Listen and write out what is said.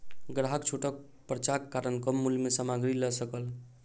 ग्राहक छूटक पर्चाक कारण कम मूल्य में सामग्री लअ सकल